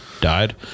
died